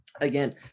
again